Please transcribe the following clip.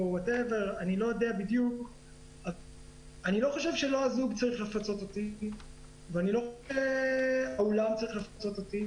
אני לא חושב שהזוג או האולם צריכים לפצות אותי,